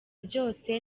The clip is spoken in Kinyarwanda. byose